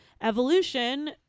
evolution